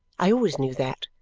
i always knew that.